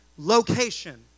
location